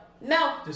no